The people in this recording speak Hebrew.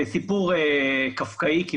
זה סיפור כמעט קפקאי.